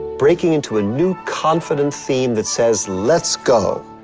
breaking into a new, confident theme that says, let's go.